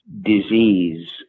disease